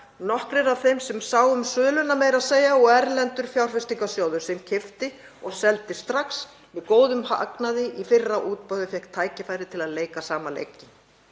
nokkrir af þeim sem sáu um söluna meira að segja og erlendur fjárfestingarsjóður sem keypti og seldi strax með góðum hagnaði í fyrra útboði fékk tækifæri til að leika sama leik.